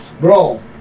bro